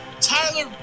Tyler